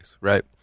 right